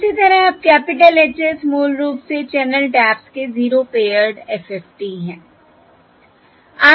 इसी तरह अब कैपिटल H s मूल रूप से चैनल टैप्स के 0 पेअर्ड FFT हैं